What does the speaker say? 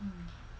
mm